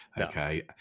Okay